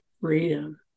freedom